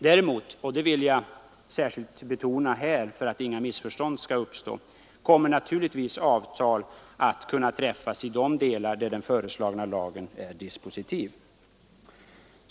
Däremot — och det vill jag särskilt betona här för att inga missförstånd skall uppstå — kommer naturligtvis avtal att kunna träffas i de delar av den föreslagna lagen som är dispositiva.